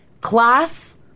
class